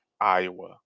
Iowa